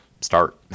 start